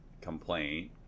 complaint